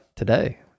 today